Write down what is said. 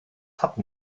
hatten